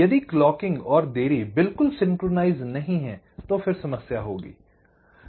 यदि क्लॉकिंग और देरी बिल्कुल सिंक्रनाइज़ नहीं हैं तो समस्या होगी